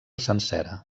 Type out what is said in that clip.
sencera